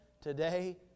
today